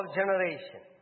generation